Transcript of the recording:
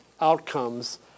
outcomes